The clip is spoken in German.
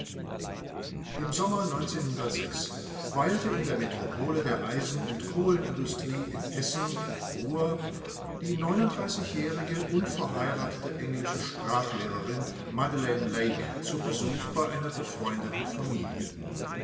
im sommer weilte in der metropole der eisen und kohlenindustrie in essen ruhr die jährige unverheiratete englische sprachlehrerin madelaine lake zum besuch bei einer befreundeten familie